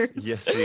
yes